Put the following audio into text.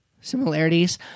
similarities